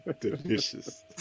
Delicious